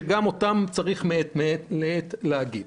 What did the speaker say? שגם אותם צריך מעת לעת להגיד.